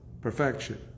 perfection